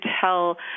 tell